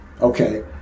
okay